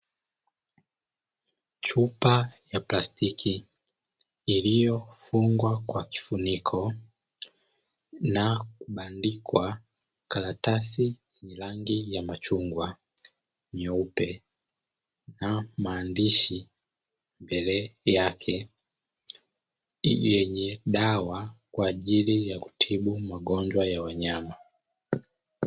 Chupa ya plastiki iliyofungwa kwa kifuniko na kuandikwa karatasi yenye rangi ya machungwa, nyeupe, na maandishi mbele yake, yenye dawa kwa ajili ya kutibu magonjwa ya wanyama.